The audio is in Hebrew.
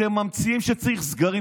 אתם ממציאים שצריך סגרים.